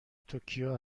توکیو